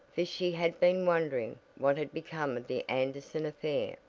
for she had been wondering what had become of the anderson affair.